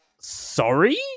sorry